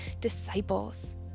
disciples